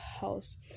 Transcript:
house